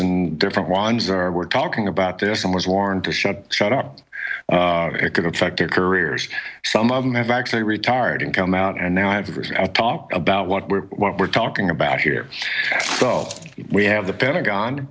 and different ones are we're talking about this and was warned to shut shut up it could affect their careers some of them have actually retired and come out and now to talk about what we're what we're talking about here we have the pentagon